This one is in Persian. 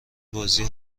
بازی